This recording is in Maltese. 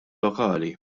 lokali